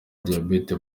diyabete